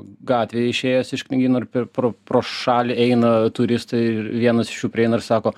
gatvėj išėjęs iš knygyno ir per pro pro šalį eina turistai ir ir vienas iš jų prieina ir sako